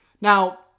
Now